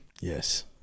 Yes